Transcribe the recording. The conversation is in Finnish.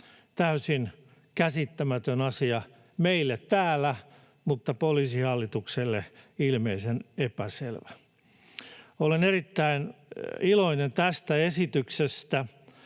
Täysin käsittämätön asia meille täällä mutta Poliisihallitukselle ilmeisen epäselvä. Olen erittäin iloinen tästä esityksestä,